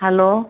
hello